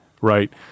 right